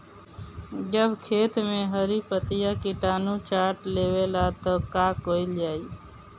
जब खेत मे हरी पतीया किटानु चाट लेवेला तऽ का कईल जाई?